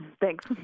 thanks